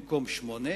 במקום שמונה,